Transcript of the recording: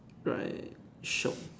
right [shiok]